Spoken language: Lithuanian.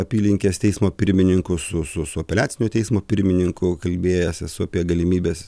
apylinkės teismo pirmininku su su apeliacinio teismo pirmininku kalbėjęsis su apie galimybes